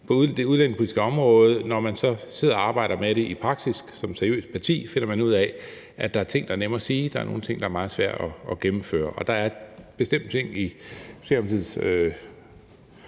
på det udlændingepolitiske område. Når man så sidder og arbejder med det i praksis som seriøst parti, finder man ud af, at der er ting, der er nemme at sige, og at der er nogle ting, der er meget sværere at gennemføre. Der er bestemt ting i